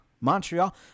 Montreal